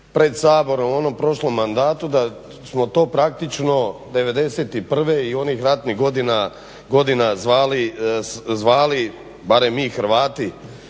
pred Saborom u onom prošlom mandatu da smo to praktično '91. i onih ratnih godina zvali barem mi Hrvati,